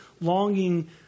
longing